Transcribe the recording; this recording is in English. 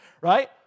right